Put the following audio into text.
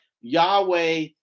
Yahweh